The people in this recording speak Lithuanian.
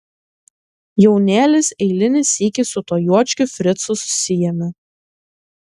jaunėlis eilinį sykį su tuo juočkiu fricu susiėmė